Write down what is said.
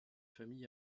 famille